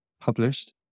published